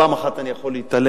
פעם אחת אני יכול להתעלם,